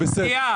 זה מה שאתה.